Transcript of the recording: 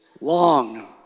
long